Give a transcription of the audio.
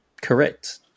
correct